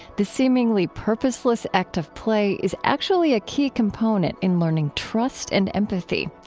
the seemingly purposeless act of play is actually a key component in learning trust and empathy.